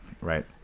Right